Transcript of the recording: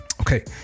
Okay